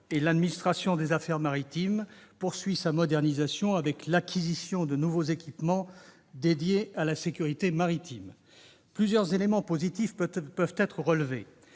L'administration des affaires maritimes poursuit sa modernisation avec l'acquisition de nouveaux équipements dédiés à la sécurité maritime. Plusieurs éléments positifs peuvent être relevés.